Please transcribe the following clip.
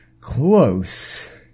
Close